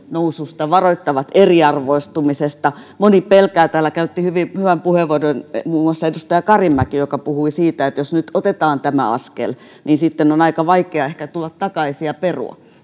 noususta varoittavat eriarvoistumisesta moni pelkää täällä käytti hyvän puheenvuoron muun muassa edustaja karimäki joka puhui siitä että jos nyt otetaan tämä askel niin sitten on aika vaikea ehkä tulla takaisin ja perua